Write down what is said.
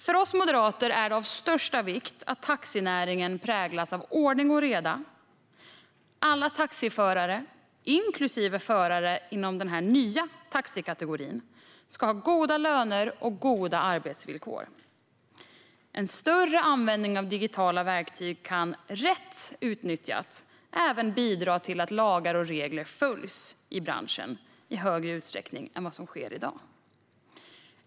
För oss moderater är det av största vikt att taxinäringen präglas av ordning och reda. Alla taxiförare, inklusive förare inom den nya taxikategorin, ska ha goda löner och goda arbetsvillkor. En större användning av digitala verktyg kan, om de utnyttjas rätt, även bidra till att lagar och regler följs i branschen i större utsträckning än vad som sker i dag.